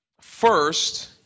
first